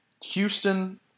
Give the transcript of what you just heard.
Houston